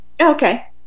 okay